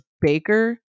Baker